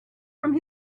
from